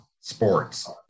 sports